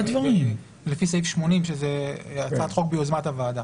לפי סעיף 80 שזו הצעת חוק ביוזמת הוועדה.